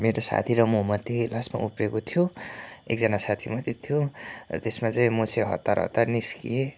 मेरो साथी र म मात्रै लास्टमा उब्रेको थियो एकजना साथी मात्रै थियो र त्यसमा चाहिँ म चाहिँ हतार हतार निस्किएँ